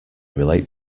relate